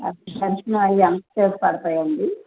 దర్శనం అవి ఎంతసేపు పడతాయండి